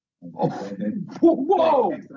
Whoa